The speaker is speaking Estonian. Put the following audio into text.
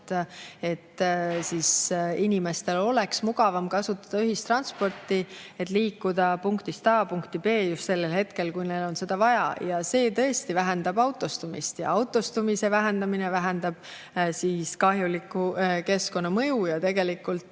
et inimestel oleks mugavam kasutada ühistransporti, et liikuda punktist A punkti B just sellel hetkel, kui neil on seda vaja. See tõesti vähendab autostumist ja autostumise vähendamine vähendab kahjulikku keskkonnamõju. Ja me tegelikult